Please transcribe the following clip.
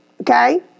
okay